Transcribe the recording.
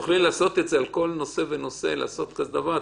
תוכלי לעשות על כל נושא ונושא כזה דבר?